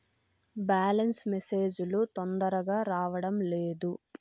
Balance message లు తొందరగా రావడం లేదు?